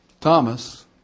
Thomas